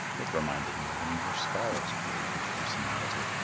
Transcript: it reminded me of an english sparrow's blatant personality.